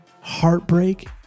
heartbreak